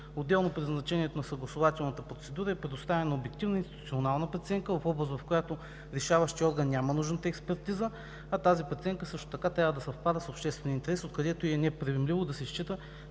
Отделно предназначението на съгласувателната процедура е предоставена обективна институционална преценка в област, в която решаващият орган няма нужната експертиза, а тази преценка също така трябва да съвпада с обществения интерес, откъдето е и неприемливо да се счита,